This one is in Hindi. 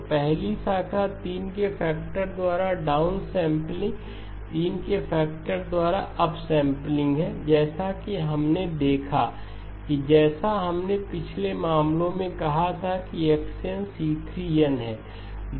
तो पहली शाखा 3 के फैक्टर द्वारा डाउन सैंपलिंग 3 के फैक्टर द्वारा अप सैंपलिंग है जैसा कि हमने देखा कि जैसा हमने पिछले मामले में कहा था कि x n c3 n है